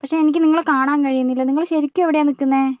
പക്ഷേ എനിക്ക് നിങ്ങളെ കാണാൻ കഴിയുന്നില്ല നിങ്ങൾ ശരിക്കും എവിടെയാണ് നിൽക്കുന്നത്